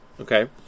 Okay